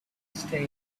stay